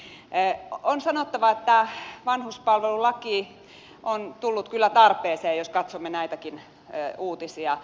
on sanottava että vanhuspalvelulaki on tullut kyllä tarpeeseen jos katsomme näitäkin uutisia